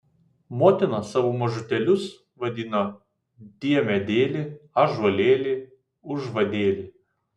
motinos savo mažutėlius vadino diemedėli ąžuolėli užvadėli